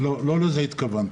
-- לא לזה התכוונתי.